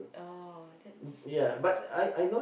oh that's that's quite